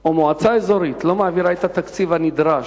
או מועצה אזורית לא מעבירים למועצה הדתית את התקציב הנדרש,